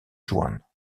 juan